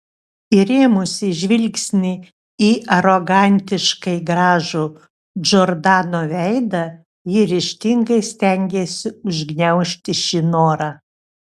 įrėmusi žvilgsnį į arogantiškai gražų džordano veidą ji ryžtingai stengėsi užgniaužti šį norą